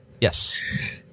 Yes